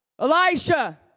Elisha